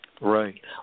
Right